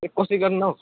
ए कोसिस गर्नु न हो